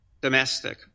domestic